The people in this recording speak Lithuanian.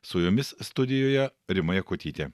su jumis studijoje rima jakutytė